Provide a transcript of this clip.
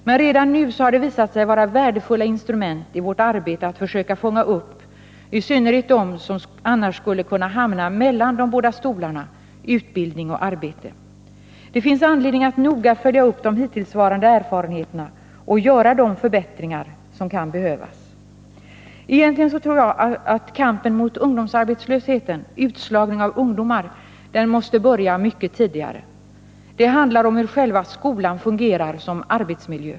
Men redan nu har de visat sig vara värdefulla instrument i vårt arbete att försöka fånga upp i synnerhet dem som annars skulle kunna hamna mellan de bägge stolarna utbildning och arbete. Det finns anledning att noga följa upp de hittillsvarande erfarenheterna och göra de förbättringar som kan behövas. Egentligen tror jag dock att kampen mot ungdomsarbetslösheten, mot utslagning av ungdomar, måste börja mycket tidigare. Det handlar om hur älva skolan fungerar som arbetsmiljö.